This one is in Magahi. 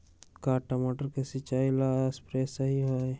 का टमाटर के सिचाई ला सप्रे सही होई?